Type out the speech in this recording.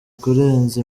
kurenza